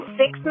six